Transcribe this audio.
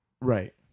Right